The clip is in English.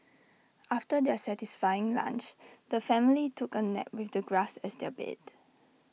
after their satisfying lunch the family took A nap with the grass as their bed